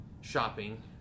shopping